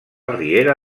riera